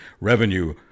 revenue